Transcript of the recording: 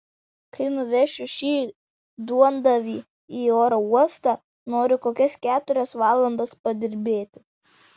kai nuvešiu šį duondavį į oro uostą noriu kokias keturias valandas padirbėti